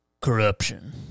Corruption